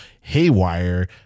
haywire